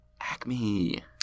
Acme